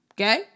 Okay